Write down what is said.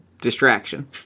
distraction